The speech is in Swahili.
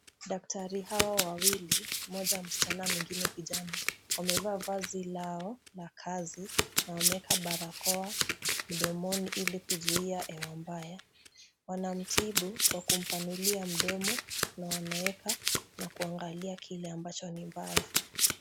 Daktari hawa wawili moja kijana mwingine kijana wamevaa vazi lao la kazi na wameeka barakoa mdomoni ili kuzuia hewa mbaya. Wanamtibu kwa kumpanulia mdomo na wameeka na kuangalia kile ambacho ni mbaya.